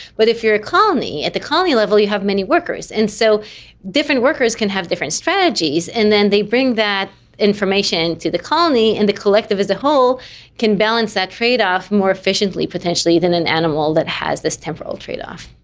but if you are a colony, at the colony level you have many workers, and so different workers can have different strategies and then they bring that information to the colony and the collective as a whole can balance that trade-off more efficiently potentially than an animal that has this temporal trade-off.